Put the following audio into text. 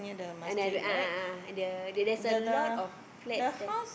and then a'ah a'ah the the there's a lot of flat there